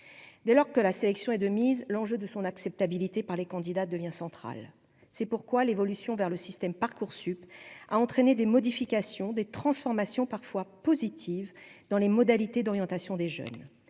dès lors que la sélection est de mise, l'enjeu de son acceptabilité par les candidats devient centrale, c'est pourquoi l'évolution vers le système Parcoursup a entraîner des modifications des transformations parfois positive dans les modalités d'orientation des jeunes,